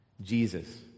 Jesus